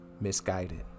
misguided